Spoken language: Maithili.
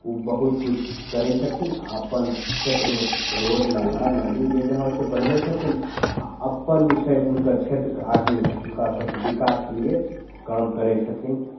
ओ बहुत किछु करै छथिन आओर अपन क्षेत्रमे रोड नाला नाली जे जहाँ होइ छै बनबै छथिन आओर अपन जे छै हुनकर क्षेत्रके आदमी हुनका सभके विकासके लिए काम करै छथिन